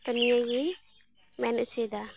ᱛᱚ ᱱᱤᱭᱟᱹᱜᱮ ᱢᱮᱱ ᱚᱪᱚᱭᱮᱫᱟ